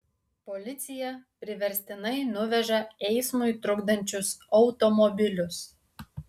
policija priverstinai nuveža eismui trukdančius automobilius